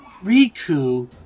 Riku